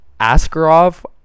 Askarov